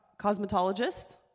cosmetologist